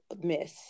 miss